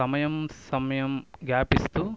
సమయం సమయం గ్యాప్ ఇస్తూ